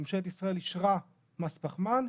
ממשלת ישראל אישרה מס פחמן,